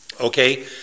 Okay